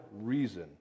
reason